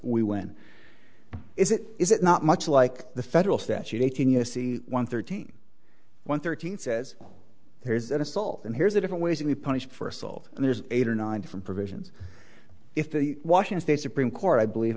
we when is it is it not much like the federal statute eighteen u s c one thirteen one thirteen says here's an assault and here's a different ways in the punished for assault and there's eight or nine different provisions if the washington state supreme court i believe